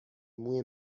موی